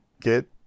get